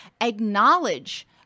acknowledge